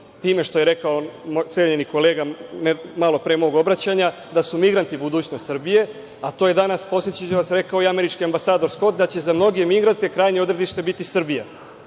time što je rekao cenjeni kolega malo pre mog obraćanja da su migranti budućnost Srbije, a to je danas, podsetiću vas, rekao i američki ambasador Skot, da će za mnoge migrante krajnje odredište biti Srbija. Da